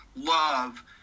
love